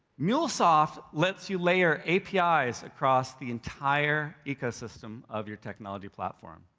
mulesoft lets you layer apis across the entire ecosystem of your technology platform.